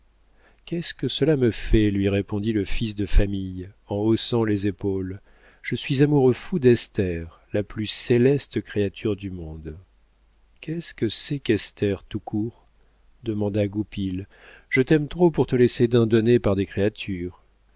qu'est-ce que cela me fait lui répondit le fils de famille en haussant les épaules je suis amoureux-fou d'esther la plus céleste créature du monde qu'est-ce que c'est qu'esther tout court demanda goupil je t'aime trop pour te laisser dindonner par des créatures